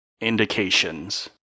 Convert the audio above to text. Indications